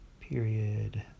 period